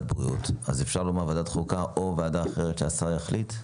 האם אפשר להגיד ועדת חוקה או ועדה אחרת שהשר יחליט?